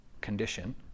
condition